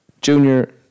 junior